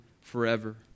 forever